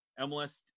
MLS